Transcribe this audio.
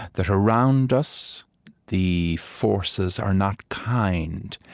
that around us the forces are not kind,